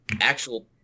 actual –